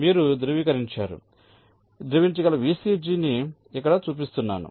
మీరు ధృవీకరించగల VCG ని ఇక్కడ చూపిస్తున్నాను